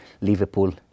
Liverpool